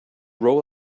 roll